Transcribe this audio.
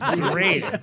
great